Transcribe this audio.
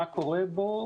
מה קורה בו,